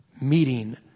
meeting